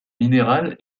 minérale